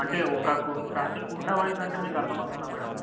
అంటే ఒక కుంట అంటే కుంటా వైజ్ అంటే మీకు అర్థమవుతుందా మేడమ్